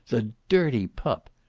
the dirty pup.